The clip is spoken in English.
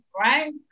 right